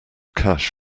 cash